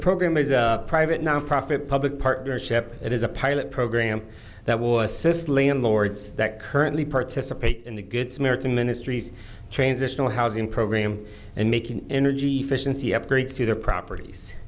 program is a private nonprofit public partnership it is a pilot program that will assist landlords that currently participate in the good samaritan ministries transitional housing program and making energy efficiency upgrades to their properties